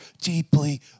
deeply